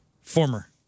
Former